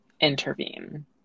intervene